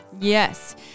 Yes